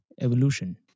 Evolution